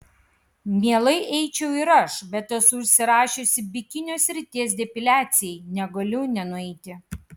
mielai eičiau ir aš bet esu užsirašiusi bikinio srities depiliacijai negaliu nenueiti